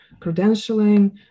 credentialing